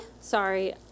Sorry